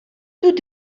tous